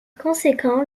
conséquent